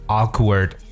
awkward